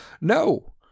No